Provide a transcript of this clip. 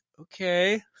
Okay